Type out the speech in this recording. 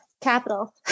Capital